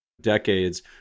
decades